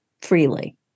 freely